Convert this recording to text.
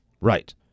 Right